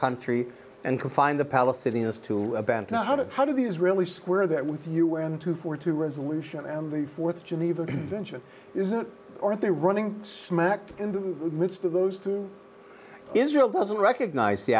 country and confine the palestinians to know how to how do the israelis square that with un two four two resolution and the fourth geneva convention isn't aren't they running smack in the midst of those two israel doesn't recognize the